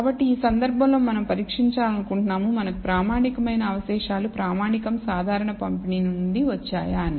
కాబట్టి ఈ సందర్భంలో మనం పరీక్షించాలనుకుంటున్నాము మనకు ప్రామాణికమైన అవశేషాలు ప్రామాణికం సాధారణ పంపిణీ నుండి వచ్చాయా అని